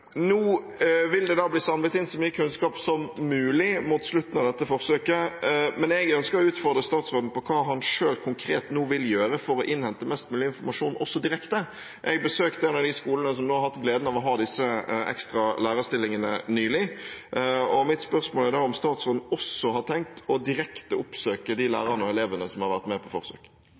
Nå vil det da bli samlet inn så mye kunnskap som mulig mot slutten av dette forsøket. Men jeg ønsker å utfordre statsråden på hva han selv konkret nå vil gjøre for å innhente mest mulig informasjon også direkte. Jeg besøkte nylig en av de skolene som nå har hatt gleden av å ha disse ekstra lærerstillingene, og mitt spørsmål er da om statsråden også har tenkt å direkte oppsøke de lærerne og elevene som har vært med på